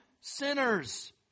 sinners